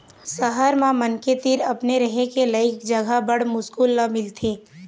सहर म मनखे तीर अपने रहें के लइक जघा बड़ मुस्कुल ल मिलथे